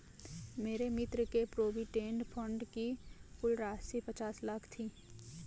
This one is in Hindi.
मेरे मित्र के प्रोविडेंट फण्ड की कुल राशि पचास लाख थी